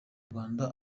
rwanda